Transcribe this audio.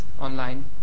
online